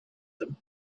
them